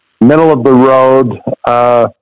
middle-of-the-road